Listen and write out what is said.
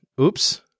Oops